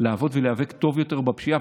לעבוד ולהיאבק טוב יותר בפשיעה,